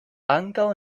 ankaŭ